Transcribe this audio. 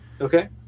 Okay